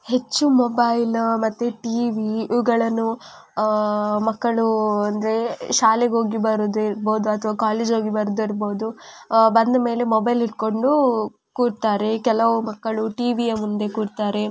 ಹೆಚ್ಚು ಮೊಬೈಲ್ ಮತ್ತೆ ಟಿವಿ ಇವುಗಳನ್ನು ಮಕ್ಕಳು ಅಂದರೆ ಶಾಲೆಗೆ ಹೋಗಿ ಬರೋದು ಇರ್ಬೋದು ಅಥವಾ ಕಾಲೇಜ್ ಹೋಗಿ ಬರೋದು ಇರ್ಬೋದು ಬಂದ ಮೇಲೆ ಮೊಬೈಲ್ ಹಿಡ್ಕೊಂಡು ಕೂರ್ತಾರೆ ಕೆಲವು ಮಕ್ಕಳು ಟಿವಿಯ ಮುಂದೆ ಕೂರ್ತಾರೆ